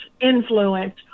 influence